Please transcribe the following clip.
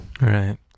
Right